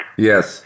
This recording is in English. yes